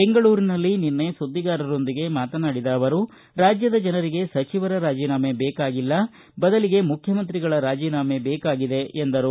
ಬೆಂಗಳೂರಿನಲ್ಲಿ ನಿನ್ನೆ ಸುದ್ದಿಗಾರರೊಂದಿಗೆ ಮಾತನಾಡಿದ ಅವರು ರಾಜ್ಞದ ಜನರಿಗೆ ಸಚಿವರ ರಾಜಿನಾಮೆ ಬೇಕಾಗಿಲ್ಲ ಬದಲಿಗೆ ಮುಖ್ಯಮಂತ್ರಿಗಳ ರಾಜೀನಾಮೆ ಬೇಕಾಗಿದೆ ಎಂದರು